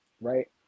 right